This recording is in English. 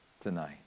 tonight